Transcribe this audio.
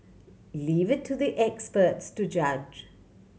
leave it to the experts to judge